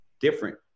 different